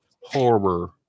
horror